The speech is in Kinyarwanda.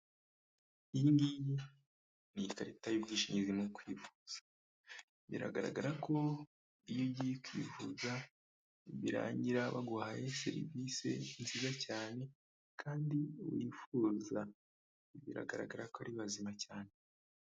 Iyingiyi ni ikarita y'ubwishingizi mu kwivuza biragaragara ko iyo ugiye kwivuza birangira baguhaye serivise nziza cyane kandi wifuza biragaragara ko ari bazima cyane.